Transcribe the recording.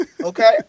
Okay